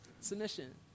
submission